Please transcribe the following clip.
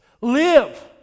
live